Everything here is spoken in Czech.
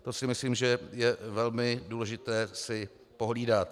To si myslím, že je velmi důležité si pohlídat.